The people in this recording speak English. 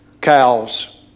cows